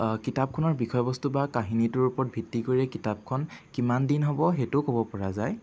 কিতাপখনৰ বিষয়বস্তু বা কাহিনীটোৰ ওপৰত ভিত্তি কৰিয়ে কিতাপখন কিমান দিন হ'ব সেইটো ক'ব পৰা যায়